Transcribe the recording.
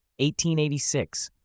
1886